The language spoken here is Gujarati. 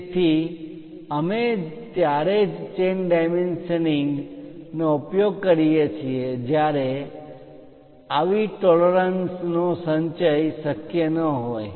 તેથી અમે ત્યારે જ ચેન ડાયમેન્શનિંગ chain dimensioning સાંકળ પરિમાણ નો ઉપયોગ કરીએ છીએ જ્યારે આવી ટોલરન્સ પરિમાણ માં માન્ય તફાવત નો સંચય શક્ય ન હોય